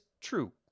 true